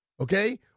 Okay